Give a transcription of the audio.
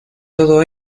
todo